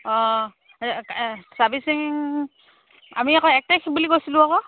অঁ চাৰ্ভিছিং আমি আকৌ এক তাৰিখ বুলি কৈছিলোঁ আকৌ